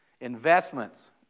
Investments